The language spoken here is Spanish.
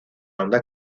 onda